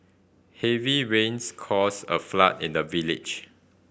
heavy rains caused a flood in the village